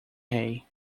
rei